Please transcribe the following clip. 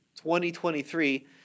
2023